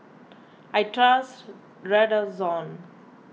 I trust Redoxon